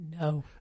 No